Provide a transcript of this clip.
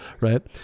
right